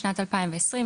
בשנת 2020,